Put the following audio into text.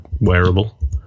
wearable